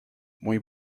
muy